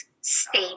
state